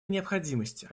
необходимость